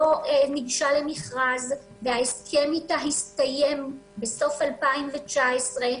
ניגשה למכרז וההסכם אתה הסתיים בסוף 2019,